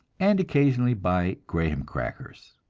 and occasionally by graham crackers.